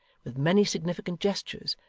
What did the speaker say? with many significant gestures,